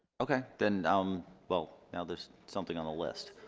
okay then um well well there's something on the list